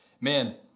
Man